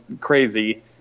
crazy